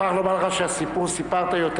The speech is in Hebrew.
ראובן ריבלין: אני מוכרח לומר לך שהסיפור שסיפרת יותר